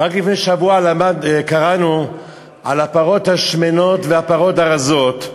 רק לפני שבוע קראנו על הפרות השמנות והפרות הרזות,